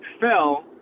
fell